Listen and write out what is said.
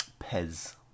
Pez